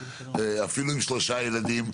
אפילו עם שלושה ילדים,